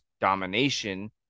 domination